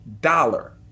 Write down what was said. dollar